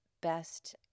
best